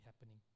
happening